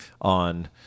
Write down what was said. on